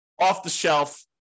off-the-shelf